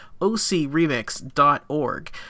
ocremix.org